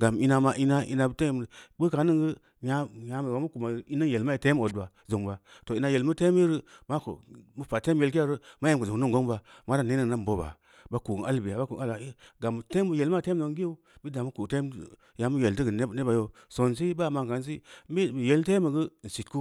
Gam ina ma ina-ina butu am bu kanin gu’u nya-nyam mu kuni yegi ini yelma tem ot wa joŋ wa’a toh ina yel mu’u tem ni yegu’u mak’o mu pa tem yelkeye ma em ku joŋ niŋ, gong ba’a marenne niŋ bo’o’ ba’a’ ma kon albeya ma kən ala gam tem ‘i’ yelma tém oʒeŋ diʊ bit ya n-mu ko tém-gam yel tu’u ko neba yo, sonsɛ bəa maá kan sɨ be i yel témgu’u əm sitku,